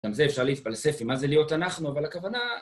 גם זה אפשר להתפלסף, מה זה להיות אנחנו, אבל הכוונה...